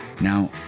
Now